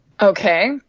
Okay